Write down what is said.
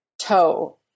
toe